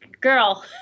girl